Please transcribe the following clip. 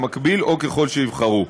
במקביל או ככל שיבחרו.